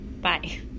Bye